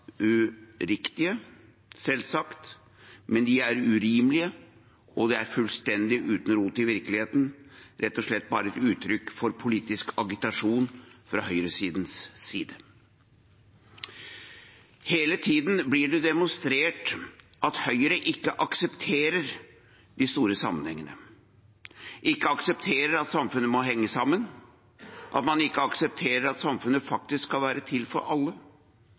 uriktige, selvsagt, men de er urimelige, og det er fullstendig uten rot i virkeligheten, rett og slett bare et uttrykk for politisk agitasjon fra høyresidens side. Hele tiden blir det demonstrert at Høyre ikke aksepterer de store sammenhengene, ikke aksepterer at samfunnet må henge sammen, at man ikke aksepterer at samfunnet faktisk skal være til for alle